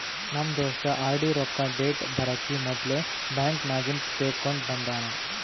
ನಮ್ ದೋಸ್ತ ಆರ್.ಡಿ ರೊಕ್ಕಾ ಡೇಟ್ ಬರಕಿ ಮೊದ್ಲೇ ಬ್ಯಾಂಕ್ ನಾಗಿಂದ್ ತೆಕ್ಕೊಂಡ್ ಬಂದಾನ